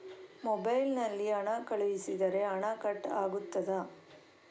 Mobile ನಲ್ಲಿ ಹಣ ಕಳುಹಿಸಿದರೆ ಹಣ ಕಟ್ ಆಗುತ್ತದಾ?